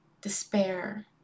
despair